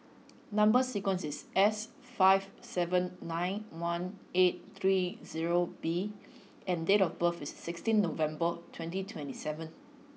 number sequence is S five seven nine one eight three zero B and date of birth is sixteen November twenty twenty seven